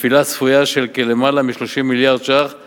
נפילה צפויה של יותר מ-30 מיליארד שקלים